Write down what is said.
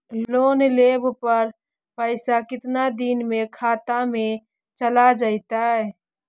Loan लेब पर पैसा कितना दिन में खाता में चल आ जैताई?